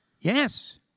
Yes